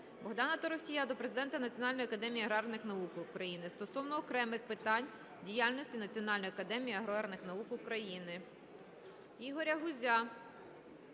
Богдана Торохтія до президента Національної академії аграрних наук України стосовно окремих питань діяльності Національної академії аграрних наук України.